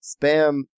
spam